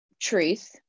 truth